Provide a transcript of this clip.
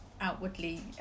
outwardly